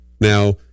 Now